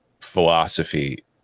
philosophy